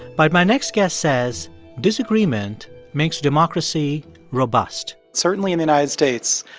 but my next guest says disagreement makes democracy robust certainly in the united states,